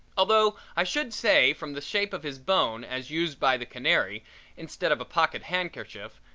although i should say from the shape of his bone as used by the canary instead of a pocket handkerchief,